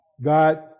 God